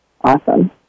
Awesome